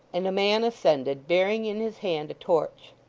and a man ascended, bearing in his hand a torch.